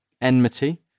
enmity